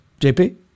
JP